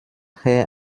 herr